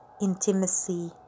intimacy